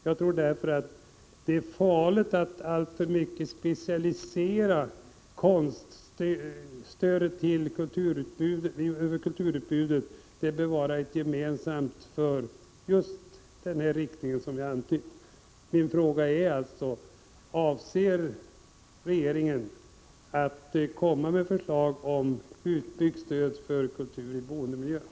Det är därför farligt att specialisera stödet till kulturutbudet alltför mycket. Det bör vara gemensamt för just den inriktning som jag har antytt. Min fråga är alltså: Avser regeringen att komma med förslag om utbyggt stöd för kultur i boendemiljön?